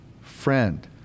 friend